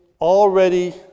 already